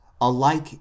alike